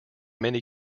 many